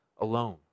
alone